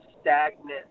stagnant